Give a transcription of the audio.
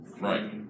Right